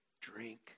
drink